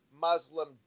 Muslim